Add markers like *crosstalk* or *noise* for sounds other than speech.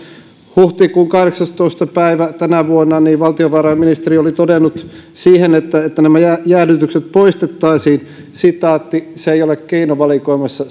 huhtikuun kahdeksastoista päivä tänä vuonna valtiovarainministeri oli todennut siihen että että nämä jäädytykset poistettaisiin että se ei ole keinovalikoimassa *unintelligible*